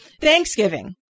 Thanksgiving